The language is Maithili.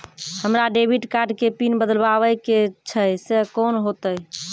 हमरा डेबिट कार्ड के पिन बदलबावै के छैं से कौन होतै?